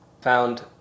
found